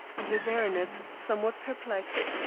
the baronet, somewhat perplexed,